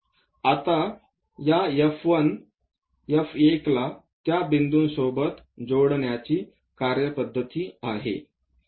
आता या F1 त्या बिंदूंसोबत जोडण्याची कार्यपद्धती आहे